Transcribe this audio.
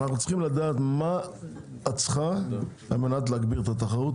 צריכים לדעת מה את צריכה על מנת להגביר את התחרות,